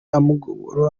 amaguru